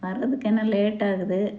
வர்றதுக்கு என்ன லேட்டாகுது